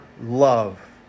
love